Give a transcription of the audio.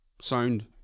sound